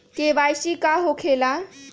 KYC का हो के ला?